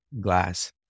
glass